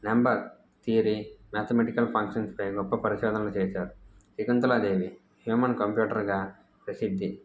number theory mathematical ఫంక్షన్స్పై గొప్ప పరిశోధనలు చేశారు శకుంతలాదేవి హ్యూమన్ కంప్యూటర్గా ప్రసిద్ధి